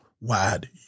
wide